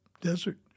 desert